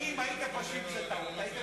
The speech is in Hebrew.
אם הייתם חושבים שזאת טעות, הייתם חוזרים לעזה.